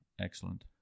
Excellent